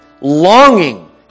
longing